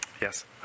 Yes